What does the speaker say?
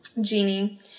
Genie